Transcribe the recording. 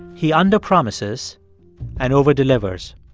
he under promises and over delivers.